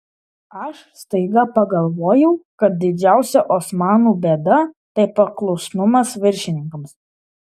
aš staiga pagalvojau kad didžiausia osmanų bėda tai paklusnumas viršininkams